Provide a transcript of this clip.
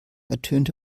ertönte